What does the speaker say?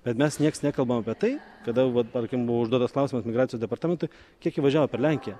bet mes niekas nekalbma apie tai kada vat tarkim buvo užduotas klausimas migracijos departamentui kiek įvažiavo per lenkiją